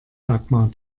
dagmar